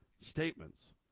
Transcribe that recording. statements